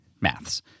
Maths